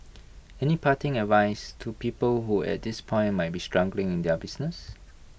any parting advice to people who at this point might be struggling in their business